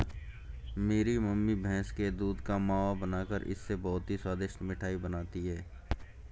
मेरी मम्मी भैंस के दूध का मावा बनाकर इससे बहुत ही स्वादिष्ट मिठाई बनाती हैं